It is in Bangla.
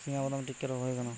চিনাবাদাম টিক্কা রোগ হয় কেন?